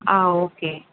ஆ okay